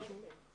מצוין.